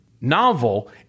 novel